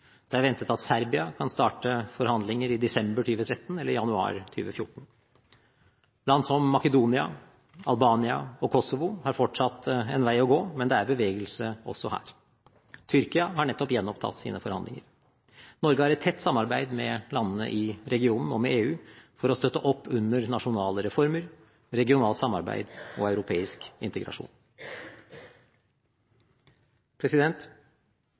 Det er ventet at Serbia kan starte forhandlinger i desember 2013 eller januar 2014. Land som Makedonia, Albania og Kosovo har fortsatt en vei å gå, men det er bevegelse også her. Tyrkia har nettopp gjenopptatt sine forhandlinger. Norge har et tett samarbeid med landene i regionen og med EU for å støtte opp under nasjonale reformer, regionalt samarbeid og europeisk